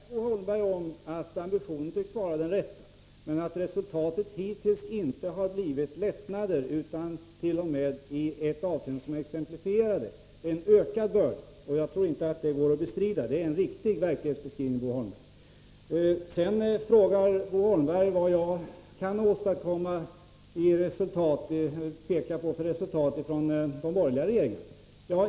Herr talman! Någon pajkastning har jag verkligen inte ägnat mig åt, Bo Holmberg. Jag vet inte vad som har föranlett honom att påstå det. Jag har försökt säga till Bo Holmberg att ambitionen tycks vara den rätta, men att resultat hittills inte har blivit lättnader, utan t.o.m. —-i ett avseende som jag exemplifierade — en ökad börda. Jag tror inte att det går att bestrida — det är en riktig verklighetsbeskrivning, Bo Holmberg. Vidare frågar Bo Holmberg vad jag kan peka på för resultat från de borgerliga regeringarna.